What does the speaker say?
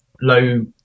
low